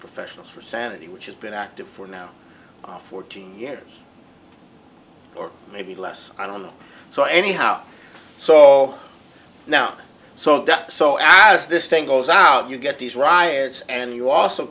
professionals for sanity which has been active for now fourteen years or maybe less i don't know so anyhow so now so so as this thing goes out you get these riots and you also